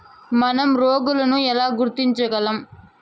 మనం రోగాలను ఎలా గుర్తించగలం?